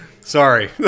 Sorry